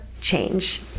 change